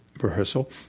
rehearsal